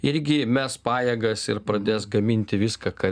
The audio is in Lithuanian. irgi mes pajėgas ir pradės gaminti viską ką